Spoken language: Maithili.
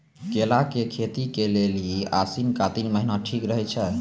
केला के खेती के लेली आसिन कातिक महीना ठीक रहै छै